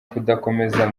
kudakomeza